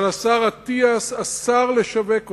אבל השר אטיאס אסר לשווק אותה.